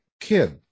kid